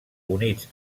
units